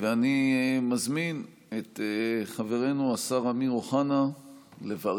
אני מזמין את חברנו השר אמיר אוחנה לברך